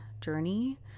journey